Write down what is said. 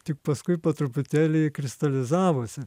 tik paskui po truputėlį kristalizavosi